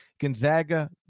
Gonzaga